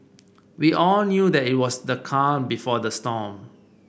we all knew that it was the calm before the storm